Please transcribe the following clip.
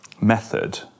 method